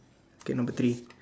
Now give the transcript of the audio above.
okay number three